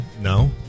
No